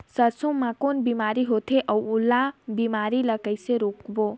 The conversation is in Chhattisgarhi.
सरसो मा कौन बीमारी होथे अउ ओला बीमारी ला कइसे रोकबो?